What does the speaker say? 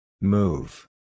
Move